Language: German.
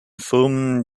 firmen